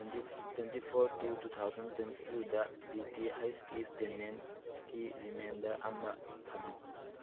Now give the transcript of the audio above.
twenty twenty four two two thousand twenty ꯇꯨꯗ D T H ꯀꯤ ꯄꯦꯃꯦꯟꯀꯤ reminder ꯑꯃ ꯊꯝꯃꯨ